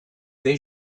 they